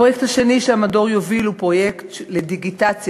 הפרויקט השני שהמדור יוביל הוא פרויקט לדיגיטציה